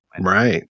right